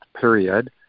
period